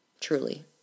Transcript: truly